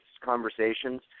conversations